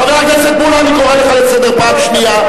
חבר הכנסת מולה, אני קורא אותך לסדר פעם שנייה.